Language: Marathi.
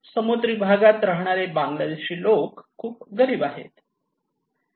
समुद्री भागात राहणारे बांगलादेशी लोक खूप गरीब लोक आहेत